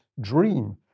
dream